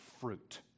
fruit